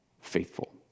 faithful